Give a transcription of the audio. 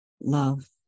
love